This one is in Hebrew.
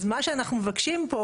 אז מה שאנחנו מבקשים פה